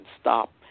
stop